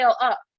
up